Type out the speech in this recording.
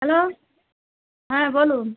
hello হ্যাঁ বলুন